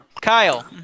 Kyle